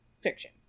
fiction